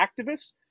activists